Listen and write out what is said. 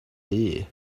there